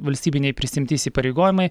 valstybiniai prisiimti įsipareigojimai